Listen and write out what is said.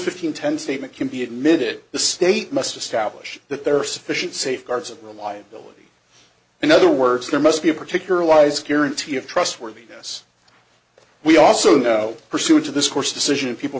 fifteen ten statement can be admitted the state must establish that there are sufficient safeguards of reliability in other words there must be a particular allies guarantee of trustworthiness we also know pursuit of this course decision people